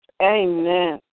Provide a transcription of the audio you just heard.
Amen